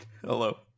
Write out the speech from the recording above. Hello